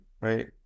Right